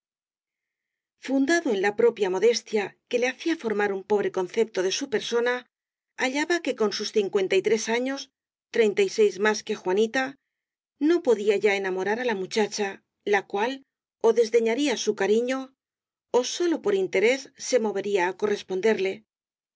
fundado en la propia modestia que le hacía formar un pobre concepto de su persona hallaba que con sus cincuenta y tres años treinta y seis más que juanita no podía ya enamorar á la mu chacha la cual ó desdeñaría su cariño ó sólo por interés se movería á corresponderle